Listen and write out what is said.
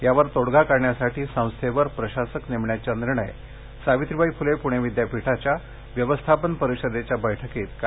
यावर तोडगा काढण्यासाठी संस्थेवर प्रशासक नेमण्याचा निर्णय सावित्रीबाई फुले पुणे विद्यापीठाच्या व्यवस्थापन परिषदेच्या बैठकीत काल घेण्यात आला